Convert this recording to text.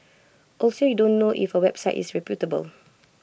also you don't know if A website is reputable